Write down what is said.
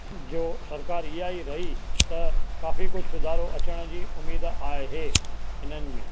जो सरकार इहेई रही त काफ़ी कुझु सुधारो अचनि जी उमीद आहे इन्हनि में